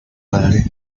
padre